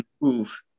move